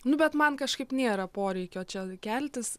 nu bet man kažkaip nėra poreikio čia keltis